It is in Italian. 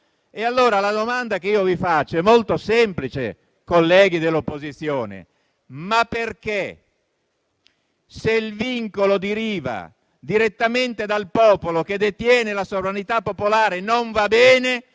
Allora la domanda che vi faccio è molto semplice, colleghi dell'opposizione: perché non va bene se il vincolo deriva direttamente dal popolo che detiene la sovranità popolare, mentre se